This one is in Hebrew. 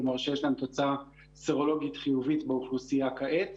כלומר שיש להם תוצאה סרולוגית חיובית באוכלוסייה כעת.